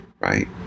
right